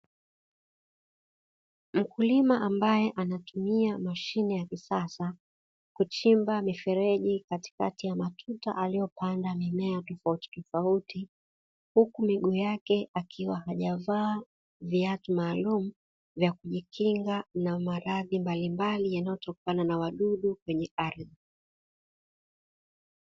Mkulima ambaye anatumia mashine ya kisasa, kuchimba mifereji katikati ya matuta alaiyopanda mimea tofauti tofauti, huku miguu yake akiwa hajavaa viatu maalumu, vya kujikinga na maradhi mbalimbali yanayotokana na wadudu kwenye ardhi.